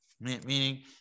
meaning